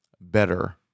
better